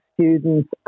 students